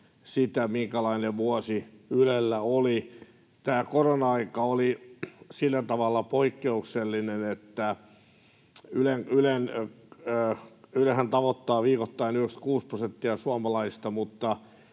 sitä, minkälainen vuosi Ylellä oli. Tämä korona-aika oli sillä tavalla poikkeuksellinen, että kun Ylehän tavoittaa viikoittain 96 prosenttia suomalaisista,